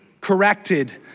corrected